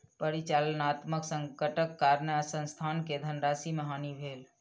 परिचालनात्मक संकटक कारणेँ संस्थान के धनराशि के हानि भेल